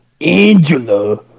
Angela